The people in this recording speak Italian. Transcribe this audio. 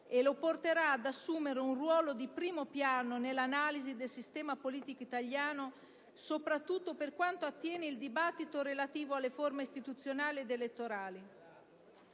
e lo porterà ad assumere un ruolo di primo piano nell'analisi del sistema politico italiano, soprattutto per quanto attiene al dibattito relativo alle forme istituzionali ed elettorali.